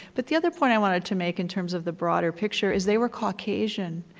but the other point i wanted to make in terms of the broader picture is they were caucasian,